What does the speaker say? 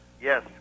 Yes